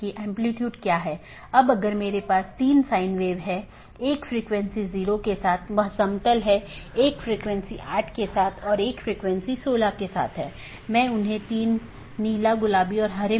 तो इसका मतलब है अगर मैं AS1 के नेटवर्क1 से AS6 के नेटवर्क 6 में जाना चाहता हूँ तो मुझे क्या रास्ता अपनाना चाहिए